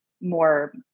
more